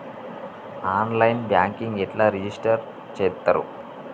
On line banking ఎట్లా register చేత్తరు?